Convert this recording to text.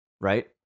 right